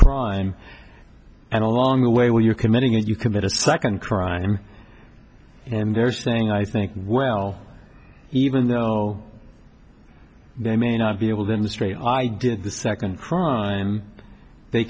crime and along the way when you're committing if you commit a second crime and there's thing i think well even know they may not be able to straight i did the second crime they